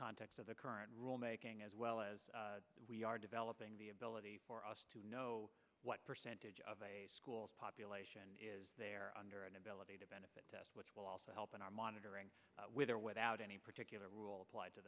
context of the current rule making as well as we are developing the ability for us to know what percentage of schools population is there under an ability to benefit test which will also in our monitoring with or without any particular rule applied to